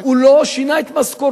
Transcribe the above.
הוא לא שינה את משכורתו.